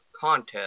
contest